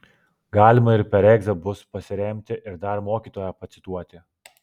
galima ir per egzą bus pasiremti ir dar mokytoją pacituoti